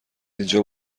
اینجا